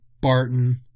Barton